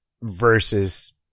versus